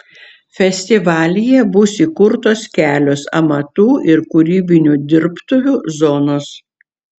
festivalyje bus įkurtos kelios amatų ir kūrybinių dirbtuvių zonos